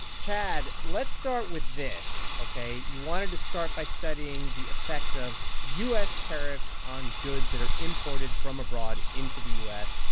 chad, let's start with this, ok? you wanted to start by studying the effects of u s. tariffs on goods that are imported from abroad into the u s.